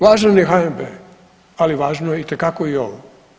Važan je HNB, ali važno je itekako i ovo.